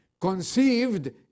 conceived